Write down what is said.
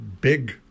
big